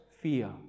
fear